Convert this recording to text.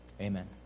Amen